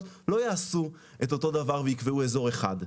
לא יעשו את אותו דבר ויקבעו אזור אחד,